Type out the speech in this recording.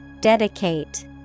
Dedicate